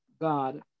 God